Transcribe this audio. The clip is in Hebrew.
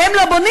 שלהם לא בונים,